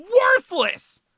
worthless